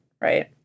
right